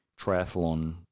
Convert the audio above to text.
triathlon